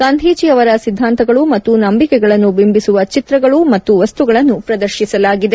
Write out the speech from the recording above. ಗಾಂಧೀಜಿ ಅವರ ಸಿದ್ದಾಂತಗಳು ಮತ್ತು ನಂಬಿಕೆಗಳನ್ನು ಬಿಂಬಿಸುವ ಚಿತ್ರಗಳು ಮತ್ತು ವಸ್ತುಗಳನ್ನು ಪ್ರದರ್ಶಿಸಲಾಗಿದೆ